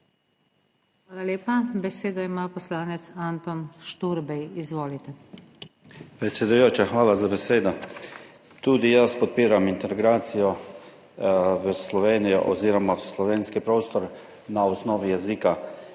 Hvala lepa. Besedo ima poslanec Anton Šturbej. Izvolite. ANTON ŠTURBEJ (PS SDS): Predsedujoča, hvala za besedo. Tudi jaz podpiram integracijo v Slovenijo oziroma v slovenski prostor na osnovi jezika.